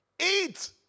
eat